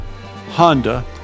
Honda